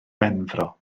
benfro